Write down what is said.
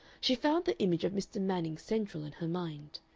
she found the image of mr. manning central in her mind.